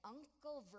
Uncle